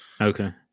okay